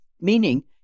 meaning